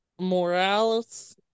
Morales